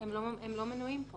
אתם יכולים לקבל את